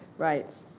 right.